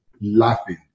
laughing